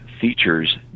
features